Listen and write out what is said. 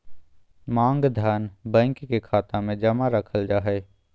मांग धन, बैंक के खाता मे जमा रखल जा हय